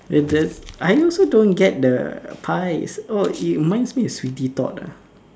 the just I also don't get the pies oh it reminds me of Sweeney Todd ah